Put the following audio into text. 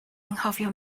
anghofio